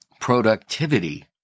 productivity